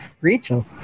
Rachel